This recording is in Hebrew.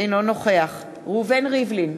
אינו נוכח ראובן ריבלין,